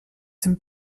dem